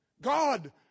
God